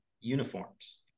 uniforms